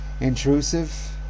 intrusive